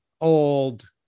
old